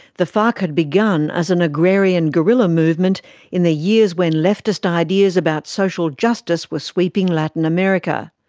the farc had begun as an agrarian guerrilla movement in the years when leftist ideas about social justice were sweeping latin america.